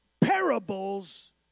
parables